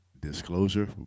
disclosure